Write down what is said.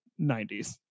90s